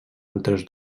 altres